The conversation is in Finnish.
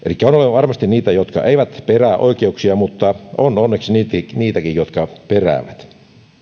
varmasti niitä jotka eivät perää oikeuksiaan mutta on onneksi niitäkin jotka peräävät